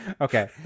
okay